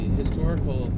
historical